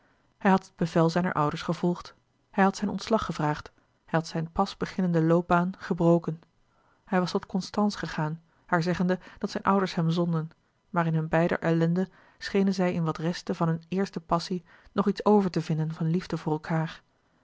hij had het bevel zijner ouders gevolgd hij had zijn ontslag gevraagd hij had zijne pas beginnende loopbaan gebroken hij was tot constance louis couperus de boeken der kleine zielen gegaan haar zeggende dat zijne ouders hem zonden maar in hun beider ellende schenen zij in wat restte van hunne eerste passie nog iets over te vinden van liefde voor elkaèr